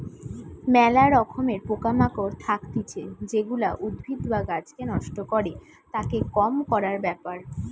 ম্যালা রকমের পোকা মাকড় থাকতিছে যেগুলা উদ্ভিদ বা গাছকে নষ্ট করে, তাকে কম করার ব্যাপার